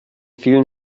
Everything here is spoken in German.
vielen